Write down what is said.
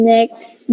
Next